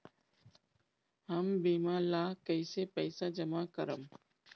हम बीमा ला कईसे पईसा जमा करम?